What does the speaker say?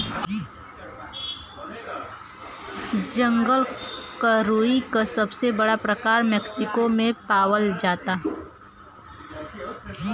जंगल क रुई क सबसे बड़ा प्रकार मैक्सिको में पावल जाला